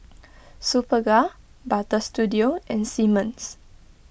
Superga Butter Studio and Simmons